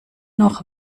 noch